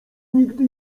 nigdy